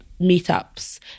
meetups